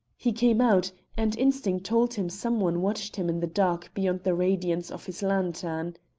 he came out, and instinct told him some one watched him in the dark beyond the radiance of his lantern.